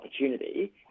opportunity